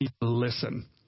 listen